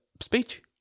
speech